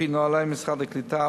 על-פי נוהלי משרד הקליטה,